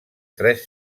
tres